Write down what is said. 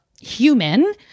human